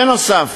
נוסף